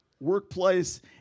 workplace